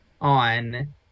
on